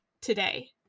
today